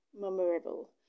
memorable